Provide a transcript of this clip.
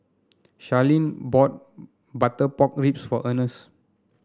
Sharlene bought Butter Pork Ribs for Earnest